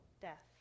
death